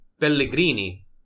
Pellegrini